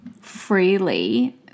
freely